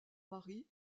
mari